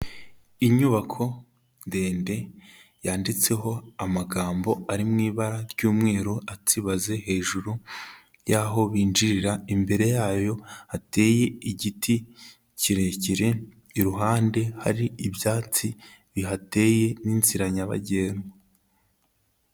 Inyubako ndende, yanditseho amagambo ari mu ibara ry'umweru atsibaze hejuru y'aho binjirira, imbere yayo hateye igiti kirekire, iruhande hari ibyatsi bihateye n'inzira nyabagendwa.